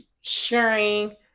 sharing